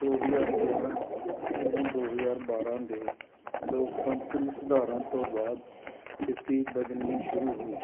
ਦੋ ਹਜ਼ਾਰ ਗਿਆਰਾਂ ਤੋਂ ਦੋ ਹਜ਼ਾਰ ਬਾਰਾਂ ਦੇ ਲੋਕਤੰਤਰੀ ਸੁਧਾਰਾਂ ਤੋਂ ਬਾਅਦ ਸਥਿਤੀ ਬਦਲਣੀ ਸ਼ੁਰੂ ਹੋਈ